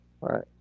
right